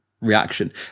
reaction